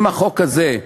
אם החוק הזה,